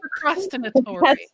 Procrastinatory